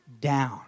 down